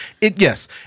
yes